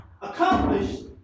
accomplished